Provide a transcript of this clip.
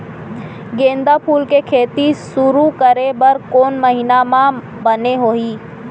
गेंदा फूल के खेती शुरू करे बर कौन महीना मा बने होही?